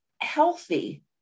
healthy